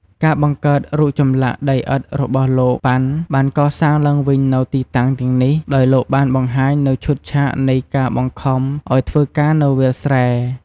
ការបង្កើតរូបចម្លាក់ដីឥដ្ឋរបស់លោក ប៉ាន់ បានកសាងឡើងវិញនូវទីតាំងទាំងនេះ ដោយលោកបានបង្ហាញនូវឈុតឆាកនៃការបង្ខំឲ្យធ្វើការនៅវាលស្រែ។